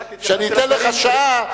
כשאני אתן לך שעה,